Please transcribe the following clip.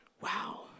Wow